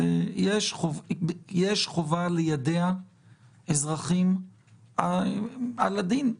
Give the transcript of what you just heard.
יש חובה ליידע אזרחים על הדין.